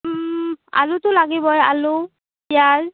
আলুটো লাগিবই আলু পিঁয়াজ